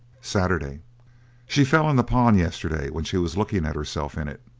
saturday she fell in the pond yesterday when she was looking at herself in it,